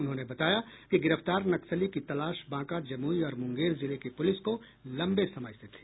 उन्होंने बताया कि गिरफ्तार नक्सली की तलाश बांका जमुई और मुंगेर जिले की पुलिस को लंबे समय से थी